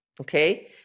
okay